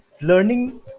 learning